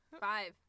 five